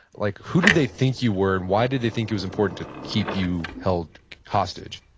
like who did they think you were and why did they think it was important to keep you held hostage?